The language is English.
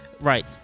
Right